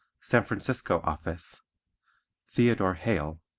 san francisco office theodore hale,